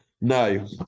No